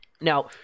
Now